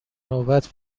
نوبت